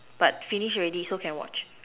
but finish already so can watch